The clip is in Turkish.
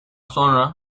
sonra